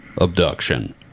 abduction